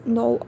no